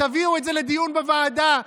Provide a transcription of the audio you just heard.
תביאו את זה לדיון בוועדה.